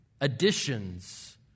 additions